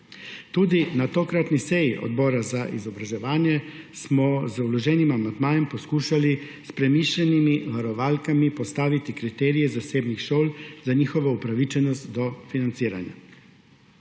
Tudi na tokratni seji Odbora za izobraževanje smo z vloženim amandmajem poskušali s premišljenimi varovalkami postaviti kriterije zasebnih šol za njihovo upravičenost do financiranja.